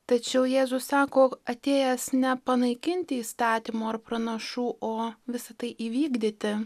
tačiau jėzus sako atėjęs ne panaikinti įstatymo ar pranašų o visa tai įvykdyti